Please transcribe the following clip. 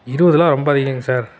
இருபதுலாம் ரொம்ப அதிகங்க சார்